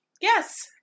Yes